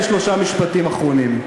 אדוני, אני מסיים בשלושה משפטים אחרונים.